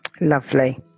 Lovely